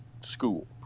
school